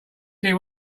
see